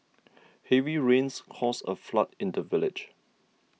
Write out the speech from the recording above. heavy rains caused a flood in the village